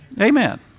Amen